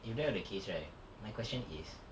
if that was the case right my question is